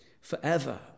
forever